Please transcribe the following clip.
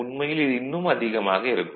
உண்மையில் இன்னும் அதிகமாக இருக்கும்